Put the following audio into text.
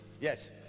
Yes